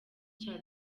cya